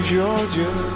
Georgia